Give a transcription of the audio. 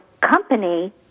company